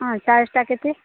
ହଁ ସାଇଜ୍ଟା କେତେ